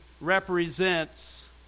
represents